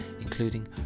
including